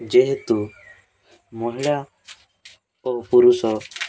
ଯେହେତୁ ମହିଳା ଓ ପୁରୁଷ